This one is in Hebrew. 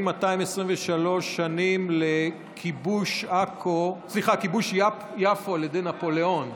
223 שנים לכיבוש יפו על ידי נפוליאון.